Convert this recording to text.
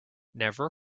never